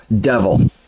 Devil